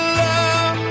love